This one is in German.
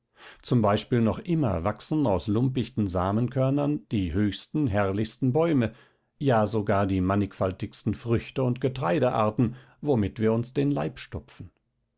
z b noch immer wachsen aus lumpichten samenkörnern die höchsten herrlichsten bäume ja sogar die mannigfaltigsten früchte und getreidearten womit wir uns den leib stopfen